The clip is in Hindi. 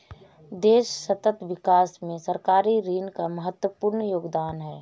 देश सतत विकास में सरकारी ऋण का महत्वपूर्ण योगदान है